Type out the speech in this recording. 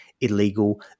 illegal